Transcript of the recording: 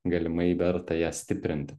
galimai verta ją stiprinti